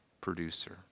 producer